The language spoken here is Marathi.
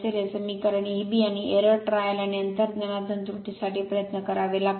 हे समीकरण Eb आणि एरर ट्रायल आणि अंतर्ज्ञानातून त्रुटीसाठी प्रयत्न करावे लागतात